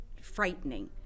frightening